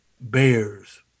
Bears